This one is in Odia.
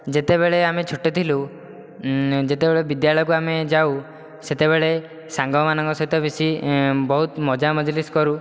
ଯେତେବେଳେ ଆମେ ଛୋଟ ଥିଲୁ ଯେତେବେଳ ବିଦ୍ୟାଳୟକୁ ଆମେ ଯାଉ ସେତେବେଳେ ସାଙ୍ଗମାନଙ୍କ ସହିତ ବେଶି ବହୁତ ମଜା ମଜଲିସ କରୁ